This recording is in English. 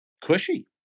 cushy